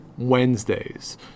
Wednesdays